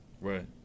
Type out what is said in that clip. Right